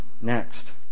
next